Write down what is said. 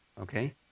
Okay